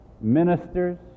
ministers